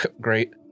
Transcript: great